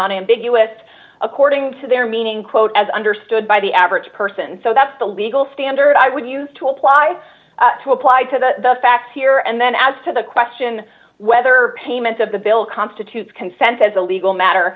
unambiguous according to their meaning quote as understood by the average person so that's the legal standard i would use to apply to apply to the facts here and then as to the question whether payment of the bill constitutes consent as a legal matter